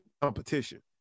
competition